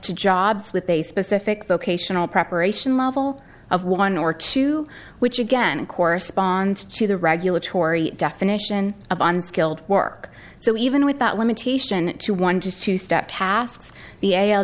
to jobs with a specific vocational preparation level of one or two which again corresponds to the regulatory definition of unskilled work so even with that limitation to one just two step tasks the a